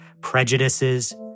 prejudices